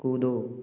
कूदो